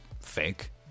fake